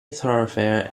thoroughfare